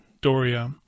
Doria